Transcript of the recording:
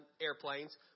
airplanes